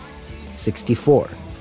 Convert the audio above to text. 64